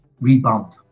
rebound